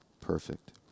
perfect